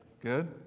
Good